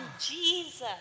Jesus